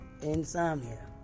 insomnia